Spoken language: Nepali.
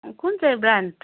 कुन चाहिँ ब्रान्ड